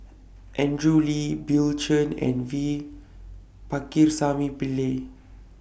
Andrew Lee Bill Chen and V Pakirisamy Pillai